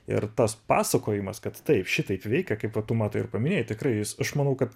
ir tas pasakojimas kad taip šitaip veikia kaip va tu matai ir paminėjai tikrai jis aš manau kad